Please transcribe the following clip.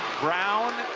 brown,